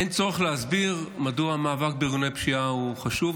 אין צורך להסביר מדוע המאבק בארגוני פשיעה הוא חשוב,